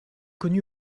connue